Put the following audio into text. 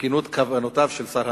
בכנות כוונותיו של שר הרווחה,